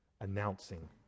announcing